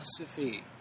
philosophy